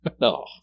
No